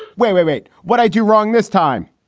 wait, wait, wait. what i do wrong this time.